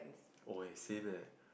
oh eh the same eh